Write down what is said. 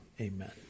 amen